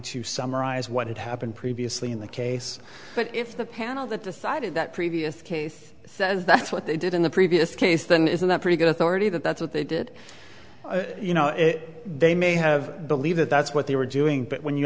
to summarize what had happened previously in the case but if the panel that decided that previous case says that's what they did in the previous case then isn't that pretty good authority that that's what they did you know they may have believed that that's what they were doing but when you